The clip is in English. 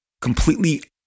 completely